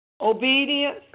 obedience